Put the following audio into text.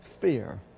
fear